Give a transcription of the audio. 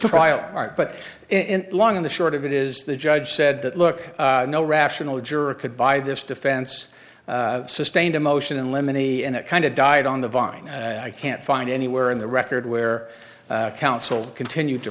art but in long in the short of it is the judge said that look no rational juror could buy this defense sustained emotion and lemony and it kind of died on the vine and i can't find anywhere in the record where counsel continued to